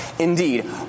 Indeed